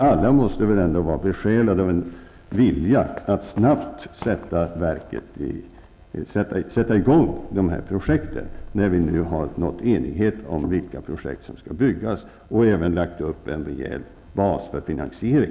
Alla måste väl vara besjälade av en vilja att snabbt sätta i gång projekten, när vi nu nått enighet om vilka projekt som skall genomföras och lagt upp en rejäl bas för deras finansiering.